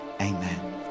Amen